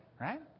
Right